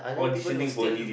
auditioning for d_j